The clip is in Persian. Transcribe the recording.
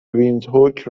ویندهوک